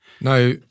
Now